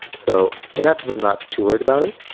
so and essence, i'm not too worried about it,